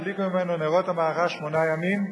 והדליקו ממנו נרות המערכה שמונה ימים,